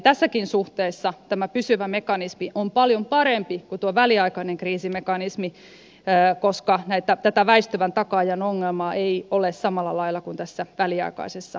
tässäkin suhteessa tämä pysyvä mekanismi on paljon parempi kuin tuo väliaikainen kriisimekanismi koska tätä väistyvän takaajan ongelmaa ei ole samalla lailla kuin tässä väliaikaisessa mekanismissa